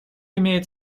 имеет